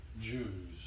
Jews